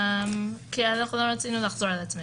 כי לא רצינו לחזור על עצמנו.